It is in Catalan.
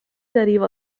deriva